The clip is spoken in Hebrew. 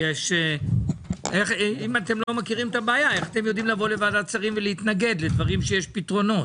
איך אתם יודעים לוועדת שרים ולהתנגד לדברים שיש להם פתרונות?